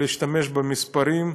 להשתמש במספרים.